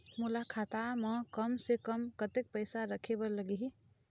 मोला खाता म कम से कम कतेक पैसा रखे बर लगही?